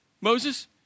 Moses